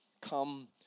come